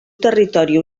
territori